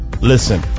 Listen